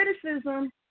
criticism